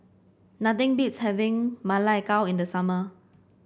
nothing beats having Ma Lai Gao in the summer